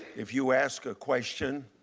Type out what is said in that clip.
if you ask a question